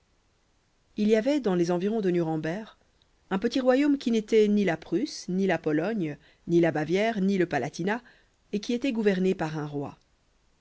il y avait dans les environs de nuremberg un petit royaume qui n'était ni la prusse ni la pologne ni la bavière ni le palatinat et qui était gouverné par un roi